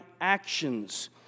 actions